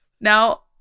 Now